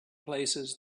places